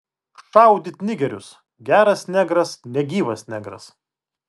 šaudyt nigerius geras negras negyvas negras